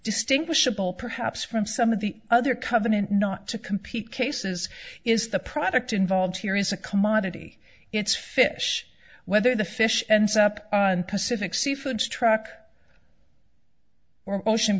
distinguishable perhaps from some of the other covenant not to compete cases is the product involved here is a commodity it's fish whether the fish ends up on pacific seafood struck or ocean